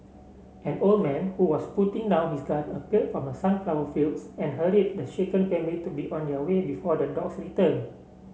an old man who was putting down his gun appeared from the sunflower fields and hurried the shaken family to be on their way before the dogs return